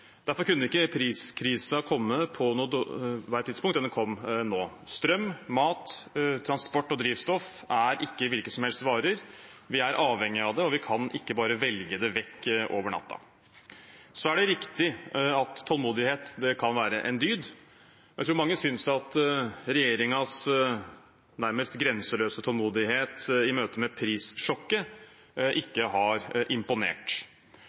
Derfor kunne ikke priskrisen komme på noe verre tidspunkt enn nå. Strøm, mat, transport og drivstoff er ikke hvilke som helst varer. Vi er avhengige av det, og vi kan ikke bare velge det vekk over natten. Det er riktig at tålmodighet kan være en dyd. Jeg tror mange synes at regjeringens nærmest grenseløse tålmodighet i møte med prissjokket ikke har imponert.